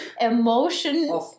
emotion